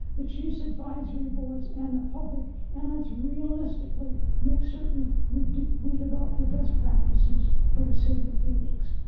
the chief's advisory boards and the public and let's realistically make certain we we develop the best practices for the city of phoenix.